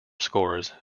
scores